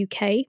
UK